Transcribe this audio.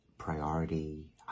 Priority